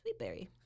Sweetberry